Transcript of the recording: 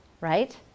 right